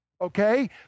Okay